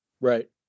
Right